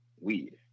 weed